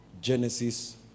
Genesis